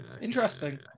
Interesting